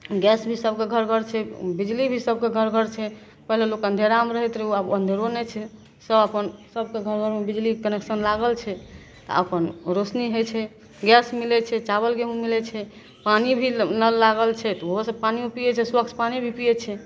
gas भी सभके घर घर छै बिजली भी सभके घर घर छै पहिले लोक अन्धेरामे रहैत रहै आब अन्धेरो नहि छै सभ अपन सभके घर घरमे बिजलीके कनेक्शन लागल छै तऽ अपन रोशनी होइ छै गैस मिलै छै चावल गेहूँ मिलै छै पानि भी नल लागल छै तऽ ओहोसे पानिओ पिए छै स्वच्छ पानि भी पिए छै